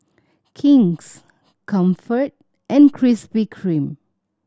King's Comfort and Krispy Kreme